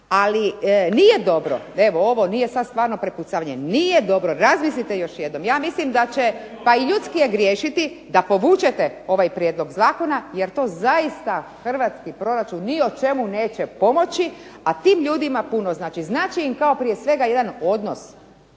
Ali nije dobro, evo nije sada prepucavanje. Nije dobro, razmislite još jednom. Ja mislim da će pa i ljudski je griješiti, da povučete ovaj prijedlog zakona jer to zaista hrvatski proračun ni o čemu neće pomoći, a tim ljudima puno znači. Znači im kao prije svega jedan odnos